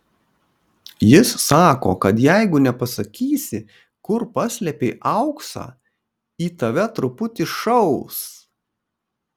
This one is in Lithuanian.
jis sako kad jeigu nepasakysi kur paslėpei auksą į tave truputį šaus